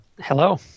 Hello